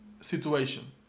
situation